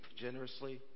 generously